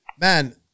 man